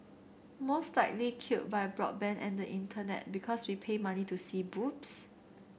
most likely killed by broadband and the Internet because we pay money to see boobs